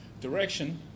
direction